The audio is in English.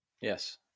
Yes